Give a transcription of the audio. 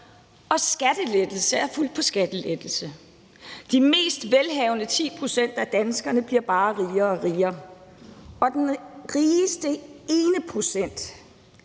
skattelettelser på skattelettelser. De mest velhavende 10 pct. af danskerne bliver bare rigere og rigere, og den rigeste 1 pct.